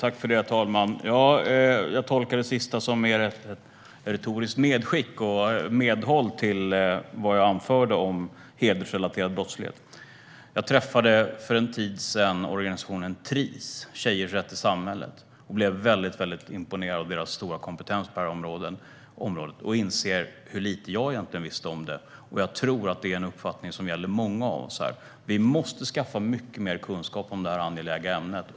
Herr talman! Jag tolkar det sista mer som ett retoriskt medskick och att Annika Hirvonen Falk håller med om det som jag anförde om hedersrelaterad brottslighet. För en tid sedan träffade jag organisationen Tris, Tjejers rätt i samhället. Jag blev mycket imponerad av deras stora kompetens på detta område och insåg hur lite jag egentligen visste om det. Jag tror att det är en uppfattning som gäller många av oss här. Vi måste skaffa mycket mer kunskap om detta angelägna ämne.